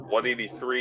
183